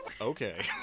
Okay